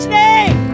name